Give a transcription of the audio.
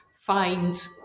find